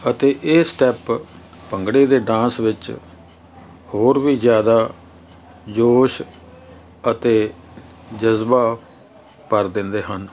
ਅਤੇ ਇਹ ਸਟੈਪ ਭੰਗੜੇ ਦੇ ਡਾਂਸ ਵਿੱਚ ਹੋਰ ਵੀ ਜ਼ਿਆਦਾ ਜੋਸ਼ ਅਤੇ ਜਜ਼ਬਾ ਭਰ ਦਿੰਦੇ ਹਨ